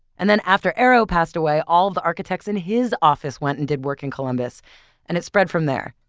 and then after eero passed away, all the architects in his office went and did work in columbus and it spread from there.